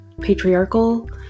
patriarchal